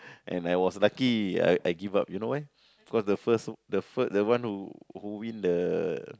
and I was lucky I I give up you know why because the first the first the one who win the